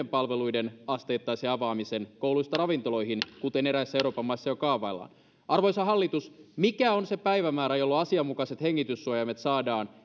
muiden palveluiden asteittaisen avaamisen kouluista ravintoloihin kuten eräissä euroopan maissa jo kaavaillaan arvoisa hallitus mikä on se päivämäärä jolloin asianmukaiset hengityssuojaimet saadaan